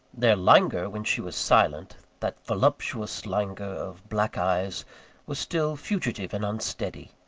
their languor, when she was silent that voluptuous languor of black eyes was still fugitive and unsteady.